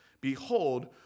behold